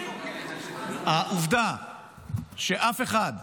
העובדה שאף אחד,